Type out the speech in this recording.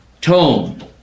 tone